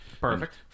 Perfect